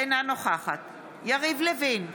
אינה נוכחת יריב לוין,